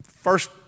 First